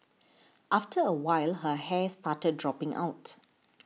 after a while her hair started dropping out